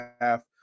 half